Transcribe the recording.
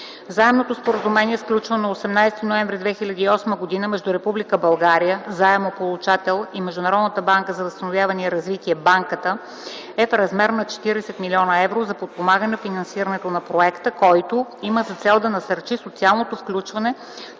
Заемното споразумение, сключено на 18 ноември 2008 г. между Република България (Заемополучател) и Международната банка за възстановяване и развитие (Банката) е в размер на 40 млн. евро за подпомагане финансирането на Проекта, който има за цел да насърчи социалното включване